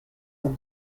have